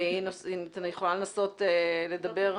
ואני יכולה לנסות לדבר אתה.